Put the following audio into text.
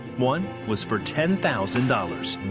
one was for ten thousand dollars.